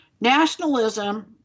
Nationalism